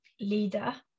leader